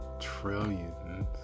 trillions